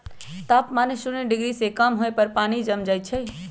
तापमान शुन्य डिग्री से कम होय पर पानी जम जाइ छइ